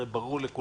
הרי ברור לכולנו